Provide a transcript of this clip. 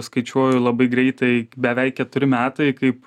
skaičiuoju labai greitai beveik keturi metai kaip